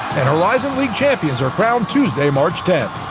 and horizon league champions are crowned tuesday, march tenth.